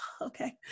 okay